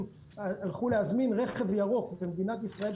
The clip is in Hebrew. הלכו להזמין רכב ירוק במדינת ישראל,